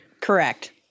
Correct